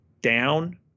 down